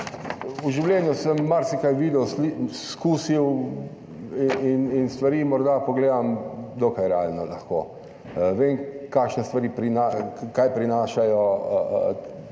v življenju sem marsikaj videl, izkusil in stvari morda pogledam dokaj realno lahko. Vem kakšne stvari prinaša, kaj